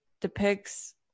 depicts